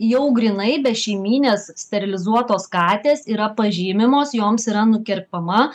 jau grynai bešeimynės sterilizuotos katės yra pažymimos joms yra nukerpama